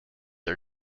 are